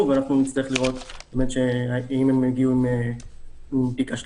ואנחנו נצטרך לראות האם הם יגיעו עם בדיקה שלילית.